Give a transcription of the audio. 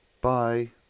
Bye